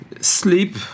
sleep